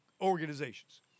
organizations